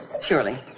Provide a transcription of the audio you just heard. Surely